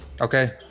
Okay